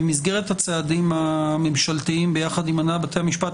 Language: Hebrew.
במסגרת הצעדים הממשלתיים ביחד עם הנהלת בתי המשפט,